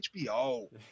HBO